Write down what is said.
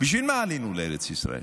בשביל מה עלינו לארץ ישראל?